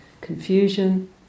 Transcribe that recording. confusion